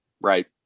right